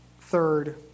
third